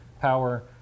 power